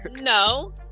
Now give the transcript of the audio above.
No